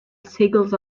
seagulls